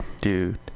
Dude